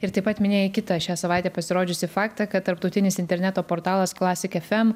ir taip pat minėjai kitą šią savaitę pasirodžiusį faktą kad tarptautinis interneto portalas klasik ef em